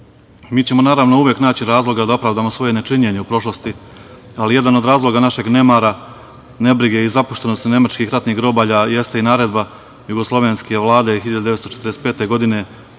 ćemo uvek naći razloga da opravdamo svoje nečinjenje u prošlosti, ali jedan od razloga našeg nemara, nebrige i zapuštenosti nemačkih ratnih grobalja jeste i naredba jugoslovenske Vlade iz 1945. godine, da